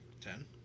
Ten